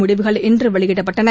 முடிவுகள் இன்று வெளியிடப்பட்டன